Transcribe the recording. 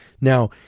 Now